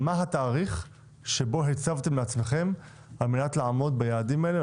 מה התאריך בו הצבתם לעצמכם על מנת לעמוד ביעדים האלה,